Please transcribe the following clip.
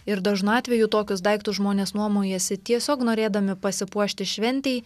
ir dažnu atveju tokius daiktus žmonės nuomojasi tiesiog norėdami pasipuošti šventei